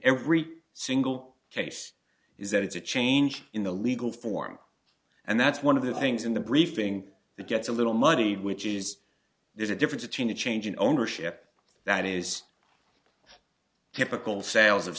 every single case is that it's a change in the legal form and that's one of the things in the briefing that gets a little muddy which is there's a difference between a change in ownership that is typical sales of